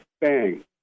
bang